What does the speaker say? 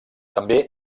també